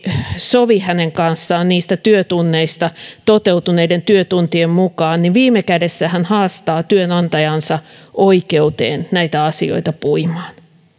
sovi hänen kanssaan niistä työtunneista toteutuneiden työtuntien mukaan niin viime kädessä hän haastaa työnantajansa oikeuteen näitä asioita puimaan